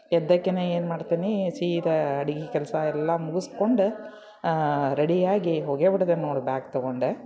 ಎದ್ದಾಕೆನೇ ಏನು ಮಾಡ್ತೀನಿ ಸೀದಾ ಅಡಿಗೆ ಕೆಲಸ ಎಲ್ಲ ಮುಗಿಸ್ಕೊಂಡ ರೆಡಿಯಾಗಿ ಹೋಗೇ ಬಿಡ್ತೇನೆ ನೋಡಿ ಬ್ಯಾಗ್ ತಗೊಂಡು